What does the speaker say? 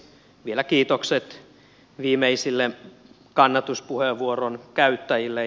vielä kiitokset viimeisille kannatuspuheenvuoron käyttäjille